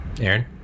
Aaron